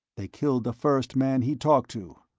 they killed the first man he'd talked to.